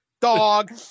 dog